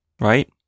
right